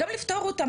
וגם לפתור אותם.